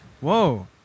Whoa